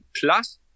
Plus